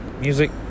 music